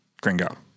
Gringo